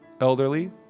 elderly